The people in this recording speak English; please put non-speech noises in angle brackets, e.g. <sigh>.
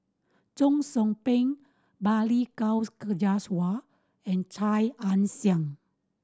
Cheong Soo Pieng Balli Kaur <unintelligible> Jaswal and Chia Ann Siang